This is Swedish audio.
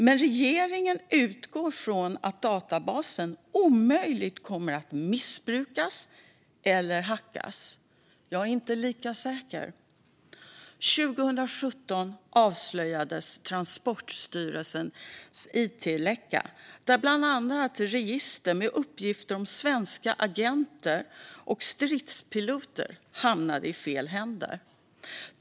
Men regeringen utgår från att det är omöjligt att databasen kommer att missbrukas eller hackas. Jag är inte lika säker. År 2017 avslöjades Transportstyrelsens it-läcka där bland annat register med uppgifter om svenska agenter och stridspiloter hamnade i fel händer.